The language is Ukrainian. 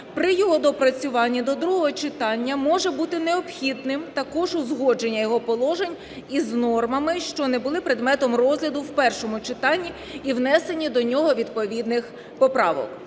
при його доопрацюванні до другого читання може бути необхідним також узгодження його положень із нормами, що не були предметом розгляду в першому читанні, і внесення до нього відповідних поправок.